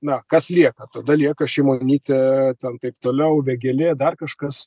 na kas lieka tada lieka šimonytė ten taip toliau vėgėlė dar kažkas